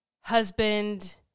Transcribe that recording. husband